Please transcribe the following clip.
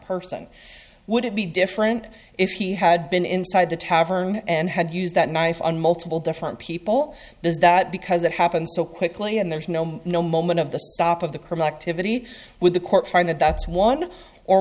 person would it be different if he had been inside the tavern and had used that knife on multiple different people is that because it happened so quickly and there's no no moment of the stop of the criminal activity with the court find that that's one or